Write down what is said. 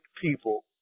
people